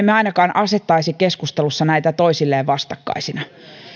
me ainakaan emme asettaisi keskustelussa näitä toisilleen vastakkaisiksi